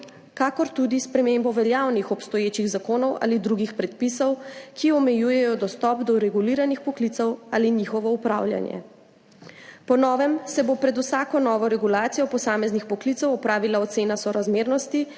kakor tudi spremembo veljavnih obstoječih zakonov ali drugih predpisov, ki omejujejo dostop do reguliranih poklicev ali njihovo upravljanje. Po novem se bo pred vsako novo regulacijo posameznih poklicev opravila ocena sorazmernosti,